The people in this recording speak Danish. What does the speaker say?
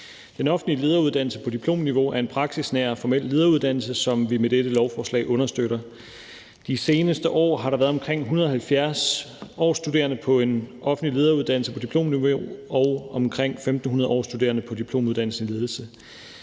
Den offentlige lederuddannelse på diplomniveau er en praksisnær og formel lederuddannelse, som vi med dette lovforslag understøtter. De seneste år har der været omkring 170 årsstuderende på en offentlig lederuddannelse på diplomniveau og omkring 1.500 årsstuderende på diplomuddannelsen i ledelse.